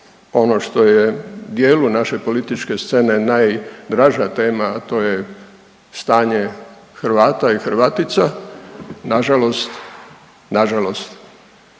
ono što je dijelu naše političke scene najdraža tema, a to je stanje Hrvata i Hrvatica, nažalost, nažalost